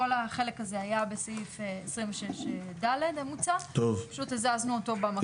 כל החלק הזה היה בסעיף 26(ד) ופשוט הזזנו אותו במקום.